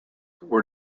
were